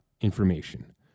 information